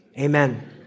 amen